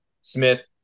Smith